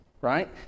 right